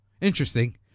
interesting